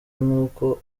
nk’uko